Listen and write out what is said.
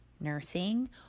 nursing